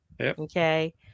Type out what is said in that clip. Okay